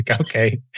okay